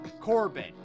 Corbin